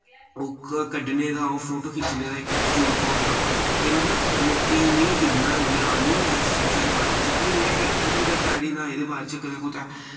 ओह् कड्ढने दा ओह् फोटो खिच्चने दा इक तजुर्बा होंदा ते मतलब लोकेंई मि इन्ना ज्ञान नि ऐ इस चीजा दे बारे च कि मैं हल्ली जेह्का ताड़ी ना एह्दे बारे च कदै कुतै